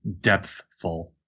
depthful